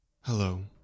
Hello